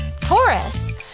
Taurus